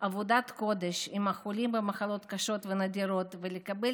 עבודת קודש עם החולים במחלות קשות ונדירות לקבל